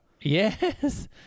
Yes